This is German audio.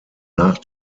nach